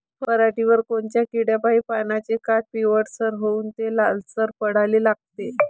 पऱ्हाटीवर कोनत्या किड्यापाई पानाचे काठं पिवळसर होऊन ते लालसर पडाले लागते?